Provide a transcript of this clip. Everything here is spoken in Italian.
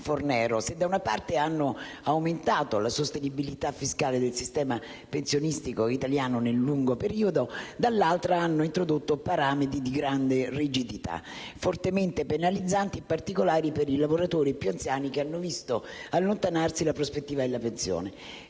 se da una parte hanno aumentato la sostenibilità fiscale del sistema pensionistico italiano nel lungo periodo, dall'altra hanno introdotto parametri di grande rigidità, fortemente penalizzanti in particolare per i lavoratori più anziani, che hanno visto allontanarsi la prospettiva della pensione.